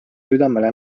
südamele